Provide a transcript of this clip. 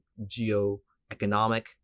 geoeconomic